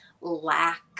lack